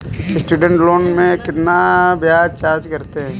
Student loan में कितना ब्याज चार्ज करते हैं?